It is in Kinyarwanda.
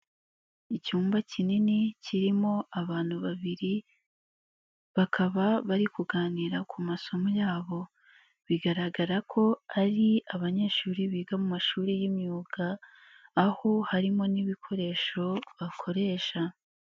Icyumba kinini kirimo abantu babiri, bakaba bari kuganira ku masomo yabo, bigaragara ko ari abanyeshuri biga mu mashuri y'imyuga, aho harimo n'ibikoresho bakoresha.